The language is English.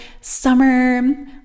summer